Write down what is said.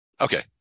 Okay